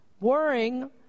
Worrying